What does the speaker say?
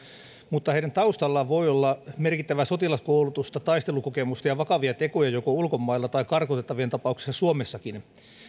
mutta heidän taustallaan voi olla merkittävää sotilaskoulutusta taistelukokemusta ja vakavia tekoja joko ulkomailla tai karkotettavien tapauksessa suomessakin